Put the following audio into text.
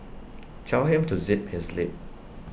tell him to zip his lip